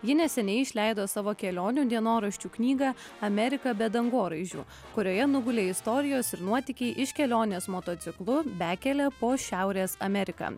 ji neseniai išleido savo kelionių dienoraščių knygą amerika be dangoraižių kurioje nugulė istorijos ir nuotykiai iš kelionės motociklu bekele po šiaurės ameriką